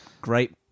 great